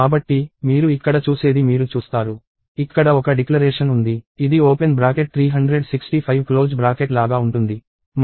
కాబట్టి మీరు ఇక్కడ చూసేది మీరు చూస్తారు ఇక్కడ ఒక డిక్లరేషన్ ఉంది ఇది ఓపెన్ బ్రాకెట్ 365 క్లోజ్ బ్రాకెట్ లాగా ఉంటుంది